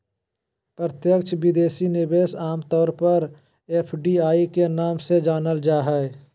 प्रत्यक्ष विदेशी निवेश आम तौर पर एफ.डी.आई के नाम से जानल जा हय